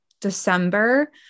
December